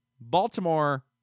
Baltimore